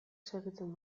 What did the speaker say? segitzen